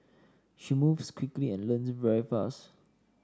she moves quickly and learns very fast